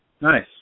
Nice